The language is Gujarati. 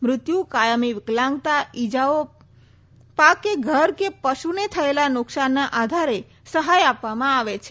મૃત્ય કાયમી વિકલાંગતા ઇજાઓ પાક કે ઘર કે પશુને થયેલા નુકસાનના આધારે સહાય આપવામાં આવે છે